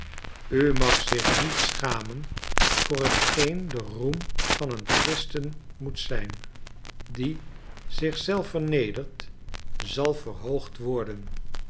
u mag zich niet schamen voor hetgeen de roem van een christen zijn moet die zich zelf vernedert zal verhoogd worden